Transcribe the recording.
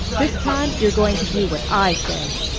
this time you're going to do what i say.